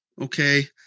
okay